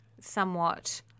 somewhat